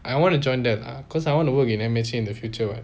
I don't want to join that ah cause I wanna work in M_H_A in the future [what]